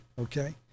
okay